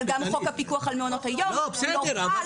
אבל גם חוק הפיקוח על מעונות היום הוא לא חל